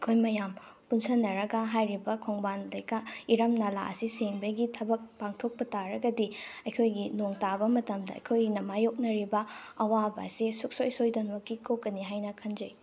ꯑꯩꯈꯣꯏ ꯃꯌꯥꯝ ꯄꯨꯟꯁꯟꯅꯔꯒ ꯍꯥꯏꯔꯤꯕ ꯈꯣꯡꯕꯥꯟ ꯂꯩꯀꯥ ꯏꯔꯝ ꯅꯂꯥ ꯑꯁꯤ ꯁꯦꯡꯕꯒꯤ ꯊꯕꯛ ꯄꯥꯡꯊꯣꯛꯄ ꯇꯥꯔꯒꯗꯤ ꯑꯩꯈꯣꯏꯒꯤ ꯅꯣꯡ ꯇꯥꯕ ꯃꯇꯝꯗ ꯑꯩꯈꯣꯏꯅ ꯃꯥꯏꯌꯣꯛꯅꯔꯤꯕ ꯑꯋꯥꯕ ꯑꯁꯦ ꯁꯨꯡꯁꯣꯏ ꯁꯣꯏꯗꯅꯃꯛꯀꯤ ꯀꯣꯛꯀꯅꯤ ꯍꯥꯏꯅ ꯈꯟꯖꯩ